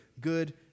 good